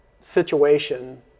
situation